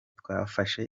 twafashe